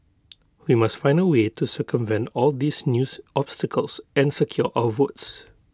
we must find A way to circumvent all these news obstacles and secure our votes